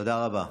תודה רבה.